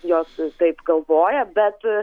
jos taip galvoja bet